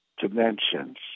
dimensions